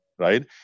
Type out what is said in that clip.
Right